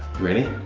ready?